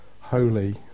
holy